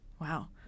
Wow